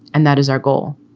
and that is our goal.